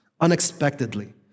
unexpectedly